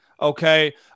Okay